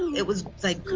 it was, like,